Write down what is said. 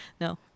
No